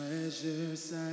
treasures